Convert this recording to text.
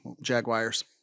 Jaguars